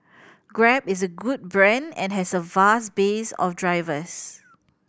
grab is a good brand and has a vast base of drivers